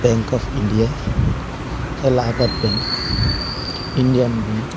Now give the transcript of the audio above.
bank of India Allahabad bank Indian bank